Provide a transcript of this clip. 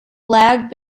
lag